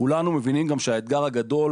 כולנו מבינים היום את האתגר הגדול